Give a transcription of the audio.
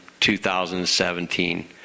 2017